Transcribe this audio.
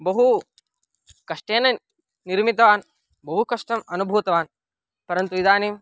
बहु कष्टेन निर्मितवान् बहु कष्टम् अनुभूतवान् परन्तु इदानीं